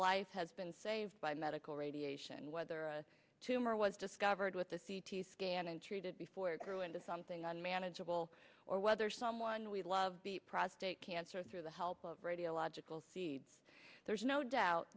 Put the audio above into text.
life has been saved by medical radiation whether a tumor was discovered with a c t scan and treated before grow into something on manageable or whether someone we love be prostate cancer through the help of radiological seeds there's no doubt